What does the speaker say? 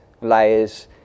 layers